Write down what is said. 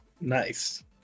Nice